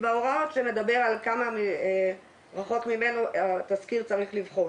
בהוראות שמדבר על כמה רחוק ממנו התסקיר צריך לבחון,